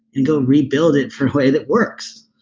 and go rebuild it for a way that works